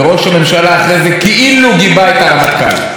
וראש הממשלה אחרי זה כאילו גיבה את הרמטכ"ל.